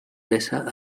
vessa